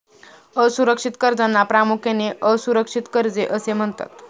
असुरक्षित कर्जांना प्रामुख्याने असुरक्षित कर्जे असे म्हणतात